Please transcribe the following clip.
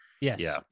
Yes